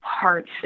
parts